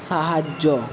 সাহায্য